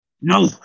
No